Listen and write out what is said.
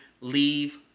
leave